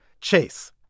Chase